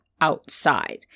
outside